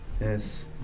yes